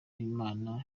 b’imana